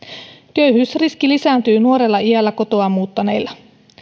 köyhyysriski lisääntyy nuorella iällä kotoa muuttaneilla